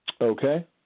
Okay